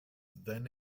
then